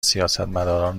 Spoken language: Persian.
سیاستمداران